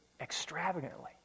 extravagantly